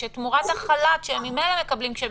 שתמורת דמי החל"ת שהם ממילא מקבלים כשהם